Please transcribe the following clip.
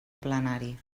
plenari